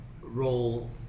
role